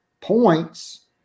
points